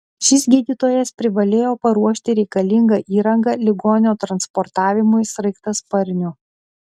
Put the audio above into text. šis gydytojas privalėjo paruošti reikalingą įrangą ligonio transportavimui sraigtasparniu